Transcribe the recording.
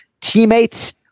teammates